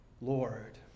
Lord